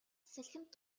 салхинд